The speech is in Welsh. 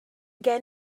gen